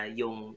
yung